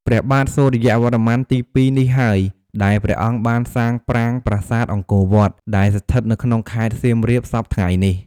ព្រះបាទសូរ្យវរ្ម័នទី២ នេះហើយ ដែលព្រះអង្គបានសាងប្រាង្គប្រាសាទអង្គរវត្ត ដែលស្ថិតនៅក្នុងខេត្តសៀមរាប សព្វថ្ងៃនេះ។